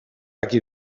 aquí